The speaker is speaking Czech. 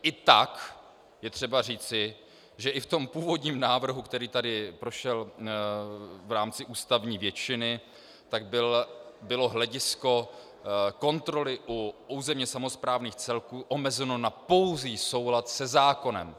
I tak je třeba říci, že i v původním návrhu, který tady prošel v rámci ústavní většiny, bylo hledisko kontroly u územně samosprávných celků omezeno na pouhý souhlas se zákonem.